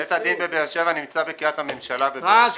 בית הדין בבאר שבע נמצא בקריית הממשלה בבאר שבע.